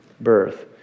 birth